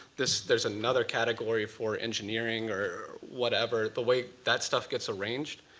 there's there's another category for engineering, or whatever. the way that stuff gets arranged.